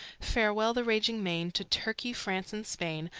farewell, the raging main, to turkey, france, and spain,